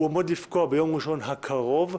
הוא עומד לפקוע ביום ראשון הקרוב,